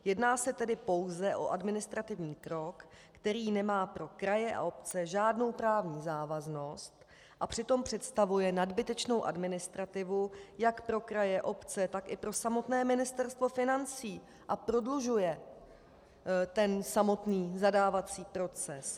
Jedná se tedy pouze o administrativní krok, který nemá pro kraje a obce žádnou právní závaznost, a přitom představuje nadbytečnou administrativu jak pro kraje, obce, tak i pro samotné Ministerstvo financí a prodlužuje samotný zadávací proces.